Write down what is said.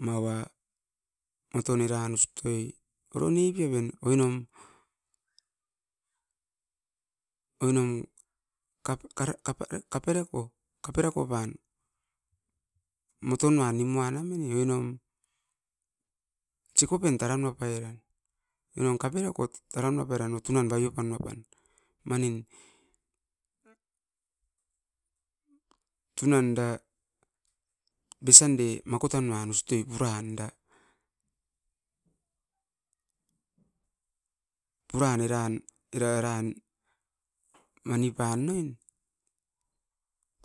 Mava moton eran noa noa ustoi oro nepian, oinom kaperako pan motonuan niuan namine oinom sikopet taranua pai ran. Oinom kaperako takanua pairan. Store apan tunan babinoa pat, tunan da besi ande makotan nua ustoi puran era.